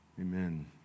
Amen